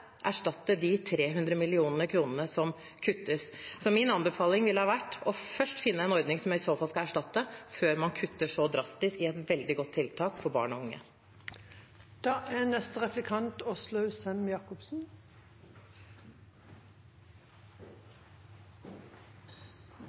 erstatte de 300 mill. kr som kuttes. Så min anbefaling ville ha vært først å finne en ordning som i så fall skal erstatte, før man kutter så drastisk i et veldig godt tiltak for barn og unge. Representanten var kort innom barnevernet, som er